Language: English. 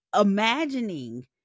imagining